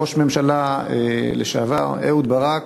ראש ממשלה לשעבר, אהוד ברק,